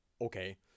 Okay